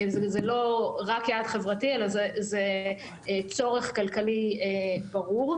זה לא רק יעד חברתי, זה צורך כלכלי ברור.